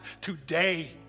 today